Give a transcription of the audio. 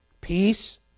peace